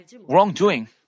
wrongdoing